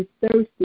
thirsty